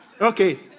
Okay